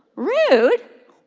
rude?